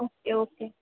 okay okay